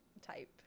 type